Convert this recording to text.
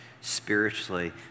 spiritually